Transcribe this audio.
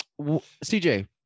CJ